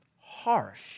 Harsh